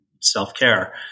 self-care